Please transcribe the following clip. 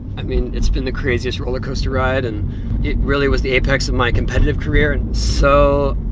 i mean, it's been the craziest roller-coaster ride, and it really was the apex of my competitive career and so